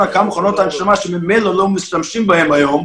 כמה מכונות ההנשמה שממילא לא משתמשים בהן היום,